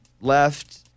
left